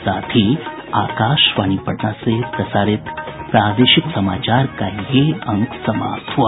इसके साथ ही आकाशवाणी पटना से प्रसारित प्रादेशिक समाचार का ये अंक समाप्त हुआ